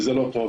וזה לא טוב.